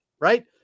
right